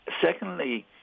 Secondly